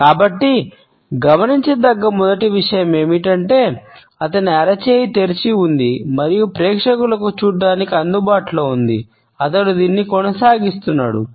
కాబట్టి గమనించదగ్గ మొదటి విషయం ఏమిటంటే అతని అరచేయి తెరిచి ఉంది మరియు ప్రేక్షకులకు చూడటానికి అందుబాటులో ఉంది అతను దీన్ని కొనసాగిస్తున్నాడు